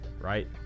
right